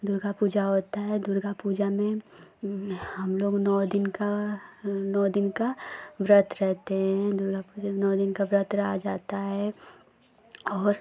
दुर्गा पूजा होती है दुर्गा पूजा में हमलोग नौ दिन का नौ दिन का व्रत रहते हैं दुर्गा पूजा नौ दिन का व्रत रहा जाता है और